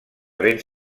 béns